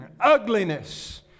Ugliness